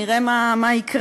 נראה מה יקרה,